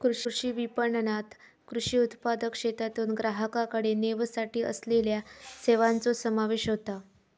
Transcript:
कृषी विपणणात कृषी उत्पादनाक शेतातून ग्राहकाकडे नेवसाठी असलेल्या सेवांचो समावेश होता